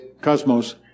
cosmos